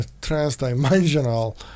trans-dimensional